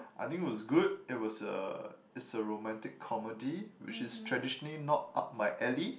I think it was good it was a it's a romantic comedy which is traditionally not up my alley